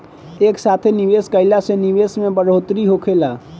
एक साथे निवेश कईला से निवेश में बढ़ोतरी होखेला